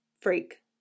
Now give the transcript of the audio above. freak